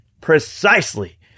Precisely